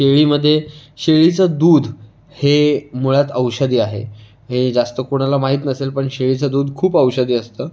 शेळीमध्ये शेळीचं दूध हे मुळात औषधी आहे हे जास्त कुणाला माहीत नसेल पण शेळीचं दूध खूप औषधी असतं